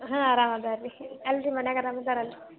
ಹಾಂ ಆರಾಮ ಅದಾರೆ ರೀ ಅಲ್ಲಿ ರೀ ಮನ್ಯಾಗೆ ಆರಾಮ ಅದಾರೆ ಅಲ್ಲ ರೀ